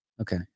Okay